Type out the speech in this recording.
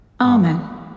Amen